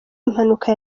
impanuka